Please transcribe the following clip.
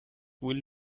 will